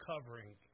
covering